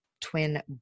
twin